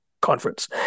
conference